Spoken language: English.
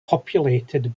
populated